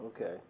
Okay